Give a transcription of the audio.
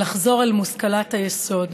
לחזור אל מושכלת היסוד,